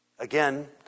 Again